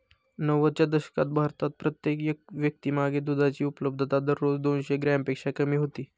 नव्वदच्या दशकात भारतात प्रत्येक व्यक्तीमागे दुधाची उपलब्धता दररोज दोनशे ग्रॅमपेक्षा कमी होती